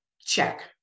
check